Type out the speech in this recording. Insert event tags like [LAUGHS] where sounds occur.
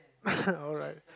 [LAUGHS] alright